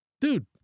Dude